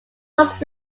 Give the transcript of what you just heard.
was